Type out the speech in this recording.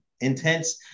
intense